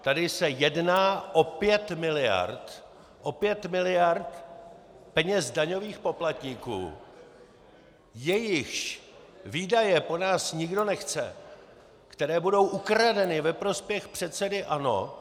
Tady se jedná o pět miliard, o pět miliard peněz daňových poplatníků, jejichž výdaje po nás nikdo nechce, které budou ukradeny ve prospěch předsedy ANO.